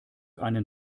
einen